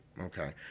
okay